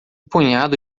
punhado